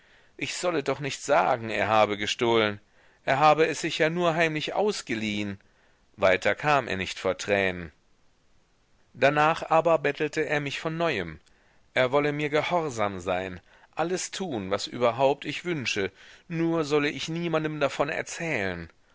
ich solle doch nicht sagen er habe gestohlen er habe es sich ja nur heimlich ausgeliehen weiter kam er nicht vor tränen danach aber bettelte er mich von neuem er wolle mir gehorsam sein alles tun was überhaupt ich wünsche nur solle ich niemandem davon erzählen